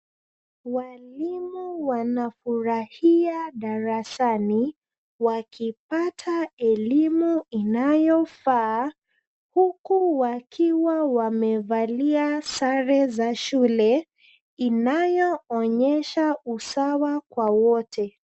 Walimu wanafurahia darasani wakipata elimu inayofaa huku wakiwa wamevalia sare za shule inayoonyesha usawa kwa wote.